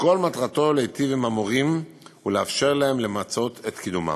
שכל מטרתו להיטיב עם המורים ולאפשר להם למצות את קידומם.